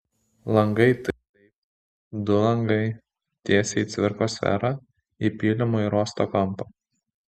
langai taip du langai tiesiai į cvirkos skverą į pylimo ir uosto kampą